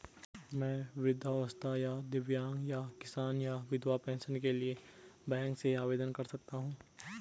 मैं वृद्धावस्था या दिव्यांग या किसान या विधवा पेंशन के लिए बैंक से आवेदन कर सकता हूँ?